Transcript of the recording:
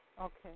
Okay